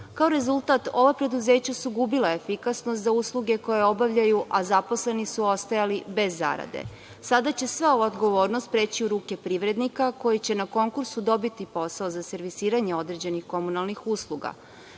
Kao rezultat, ova preduzeća su gubila efikasnost za usluge koje obavljaju a zaposleni su ostajali bez zarade. Sada će sva ova odgovornost preći u ruke privrednika koji će na konkursu dobiti posao za servisiranje određenih komunalnih usluga. Već